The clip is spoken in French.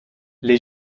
les